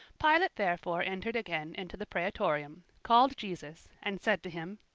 pilate therefore entered again into the praetorium, called jesus, and said to him,